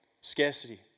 scarcity